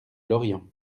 lorient